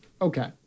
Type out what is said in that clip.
okay